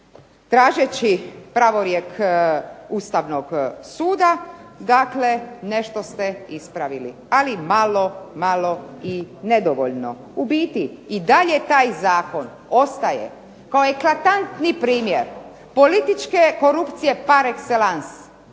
tražeći pravorijek Ustavnog suda, dakle nešto ste ispravili. Ali malo, malo i nedovoljno. U biti i dalje taj zakon ostaje kao eklatantni primjer političke korupcije par excellance